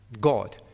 God